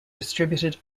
distributed